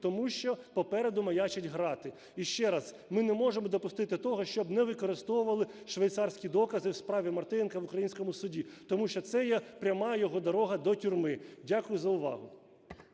тому що попереду маячать ґрати. Іще раз, ми не можемо допустити того, щоб не використовували швейцарські докази в справі Мартиненка в українському суді, тому що це є пряма його дорога до тюрми. Дякую за увагу.